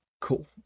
Cool